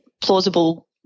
plausible